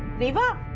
riva.